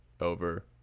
over